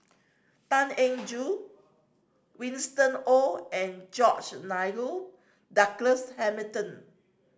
Tan Eng Joo Winston Oh and George Nigel Douglas Hamilton